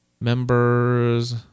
Members